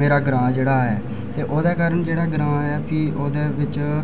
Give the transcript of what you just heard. मेरा ग्रांऽ जेह्ड़ा ऐ ते ओह्दे कारण जेह्ड़ा ग्रांऽ ऐ फ्ही ओह्दे बिच